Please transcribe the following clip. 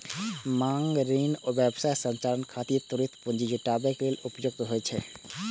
मांग ऋण व्यवसाय संचालन खातिर त्वरित पूंजी जुटाबै लेल उपयुक्त होइ छै